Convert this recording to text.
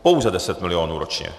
Pouze 10 milionů ročně.